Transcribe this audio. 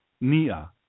Nia